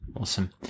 Awesome